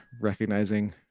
recognizing